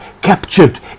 Captured